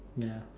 ya